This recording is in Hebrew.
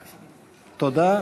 תודה,